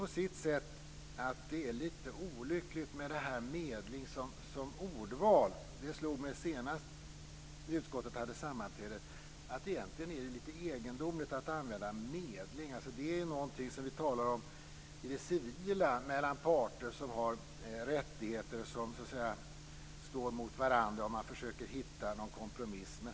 På sitt sätt är det litet olyckligt att välja ett sådant ord som medling. Det slog mig senaste då utskottet hade sammanträde att det egentligen är egendomligt att använda ordet medling. Medling är någonting som vi talar om i det civila och som gäller mellan parter som har rättigheter som står mot varandra och där man försöker att hitta en kompromiss.